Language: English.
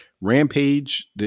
Rampage